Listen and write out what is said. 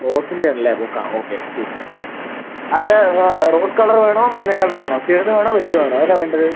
റോസിൻ്റ അണല്ലേ bouquet okay ശരി ശരി അത് റോസ് കളർ വേണോ മഞ്ഞ കളർ വേണോ ചെറുത് വേണോ വലുത് വേണോ ഏതാണ് വേണ്ടത്